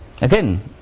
Again